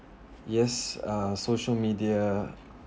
yes uh social media